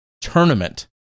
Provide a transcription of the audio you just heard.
tournament